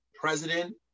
president